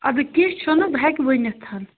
اَدٕ کیٚنٛہہ چھُنہٕ بہٕ ہیٚکہٕ ؤنِتھ